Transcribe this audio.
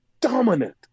Dominant